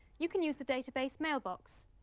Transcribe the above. you can use the database mailbox.